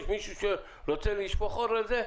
משהו רוצה לשפוך אור על זה?